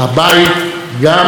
היו ברוכים.